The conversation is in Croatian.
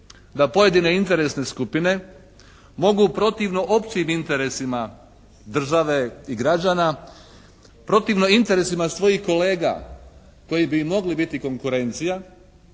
Da pojedine interesne skupine mogu protivno općim interesima države i građana, protivno interesima svojih kolega koji bi im mogli biti konkurencija.